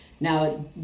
Now